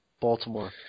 Baltimore